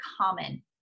common